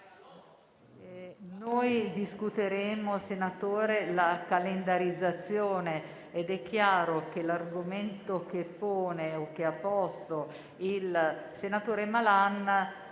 noi discuteremo la calendarizzazione ed è chiaro che l'argomento che pone o ha posto il senatore Malan